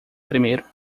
primeiro